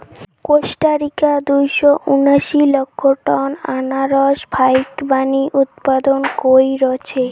Costa Rica দুইশো উনাশি লক্ষ টন আনারস ফাইকবানী উৎপাদন কইরছে